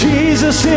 Jesus